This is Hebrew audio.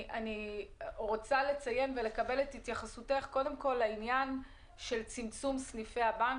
אני רוצה לקבל את התייחסותך גם לעניין של צמצום סניפי הבנק,